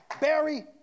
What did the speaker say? Barry